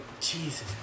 Jesus